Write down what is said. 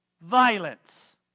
violence